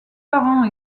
parents